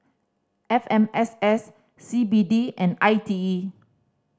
F M S S C B D and I T E